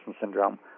syndrome